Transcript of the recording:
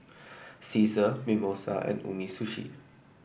Cesar Mimosa and Umisushi